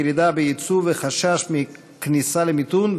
ירידה ביצוא וחשש מכניסה למיתון,